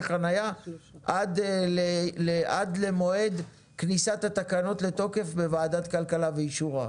חניה עד למועד כניסת התקנות לתוקף בוועדת הכלכלה ובאישורה.